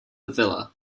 villa